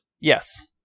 Yes